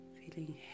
feeling